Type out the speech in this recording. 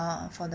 uh for the